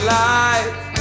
life